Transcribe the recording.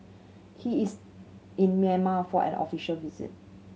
he is in Myanmar for an official visit